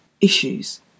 issues